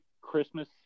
Christmas